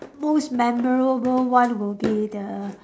most memorable one will be the